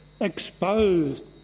exposed